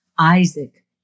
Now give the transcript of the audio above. Isaac